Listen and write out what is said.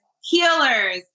healers